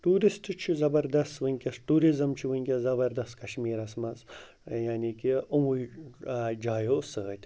tourist چھُ زَبردَست وٕنۍکٮ۪س ٹوٗرِزٕم چھِ وٕنۍکٮ۪س زَبَردَست کَشمیٖرَس منٛز یعنی کہِ یِموٕے جایو سۭتۍ